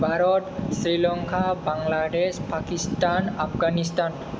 India Sri Lanka Bangladesh Pakistan Afghanistan